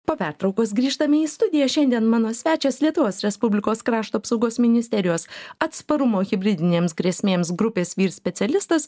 po pertraukos grįžtame į studiją šiandien mano svečias lietuvos respublikos krašto apsaugos ministerijos atsparumo hibridinėms grėsmėms grupės vyr specialistas